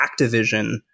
Activision